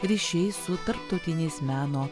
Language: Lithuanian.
ryšiai su tarptautiniais meno